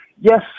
Yes